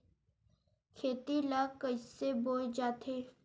खेती ला कइसे बोय जाथे?